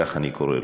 כך אני קורא לו,